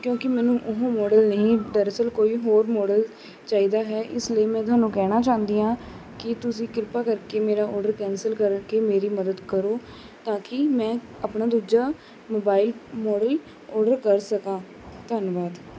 ਕਿਉਂਕਿ ਮੈਨੂੰ ਉਹ ਮੋਡਲ ਨਹੀਂ ਦਰਅਸਲ ਕੋਈ ਹੋਰ ਮੋਡਲ ਚਾਹੀਦਾ ਹੈ ਇਸ ਲਈ ਮੈਂ ਤੁਹਾਨੂੰ ਕਹਿਣਾ ਚਾਹੁੰਦੀ ਹਾਂ ਕਿ ਤੁਸੀਂ ਕਿਰਪਾ ਕਰਕੇ ਮੇਰਾ ਓਡਰ ਕੈਂਸਲ ਕਰਕੇ ਮੇਰੀ ਮਦਦ ਕਰੋ ਤਾਂ ਕਿ ਮੈਂ ਆਪਣਾ ਦੂਜਾ ਮੋਬਾਈਲ ਮੋਡਲ ਓਡਰ ਕਰ ਸਕਾਂ ਧੰਨਵਾਦ